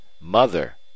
Mother